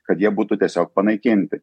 kad jie būtų tiesiog panaikinti